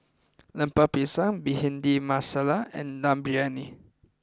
Lemper Pisang Bhindi Masala and Dum Briyani